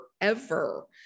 forever